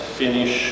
finish